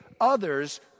others